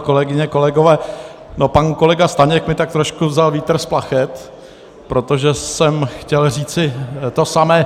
Kolegyně, kolegové, pan kolega Staněk mi tak trošku vzal vítr z plachet, protože jsem chtěl říci to samé.